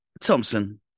thompson